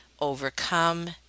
overcome